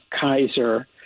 Kaiser